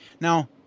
now